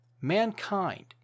Mankind